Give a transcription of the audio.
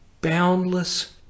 boundless